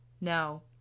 No